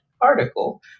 article